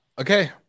Okay